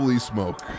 Smoke